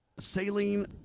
Saline